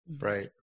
Right